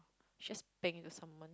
just bang into someone